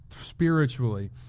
spiritually